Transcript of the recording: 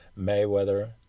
Mayweather